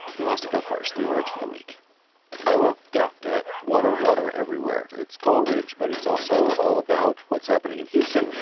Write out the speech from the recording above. who wants to go first? three words for the week i will go. do it water, water everywhere. it's coleridge, but it's also all about what's happening in houston,